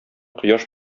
кояш